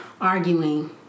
arguing